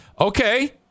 Okay